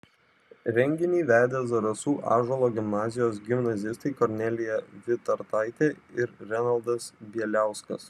renginį vedė zarasų ąžuolo gimnazijos gimnazistai kornelija vitartaitė ir renaldas bieliauskas